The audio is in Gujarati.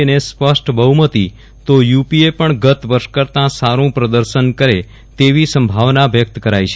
એ ને સ્પષ્ટ બફ્મતિ તો યુપીએ પણ ગત વર્ષ કરતા સારું પદર્શન ન કરે તેવી સંભાવના વ્યક્ત કરાઈ છે